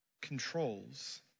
controls